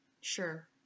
Sure